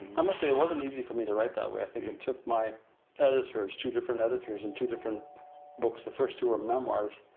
i'm must say, it wasn't easy for me to write that way. i think it took my editors, two different editors in two different books, the first two are memoirs,